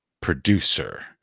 producer